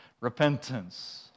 repentance